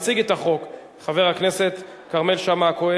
מציג את החוק חבר הכנסת כרמל שאמה-הכהן,